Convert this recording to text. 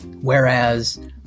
Whereas